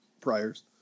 priors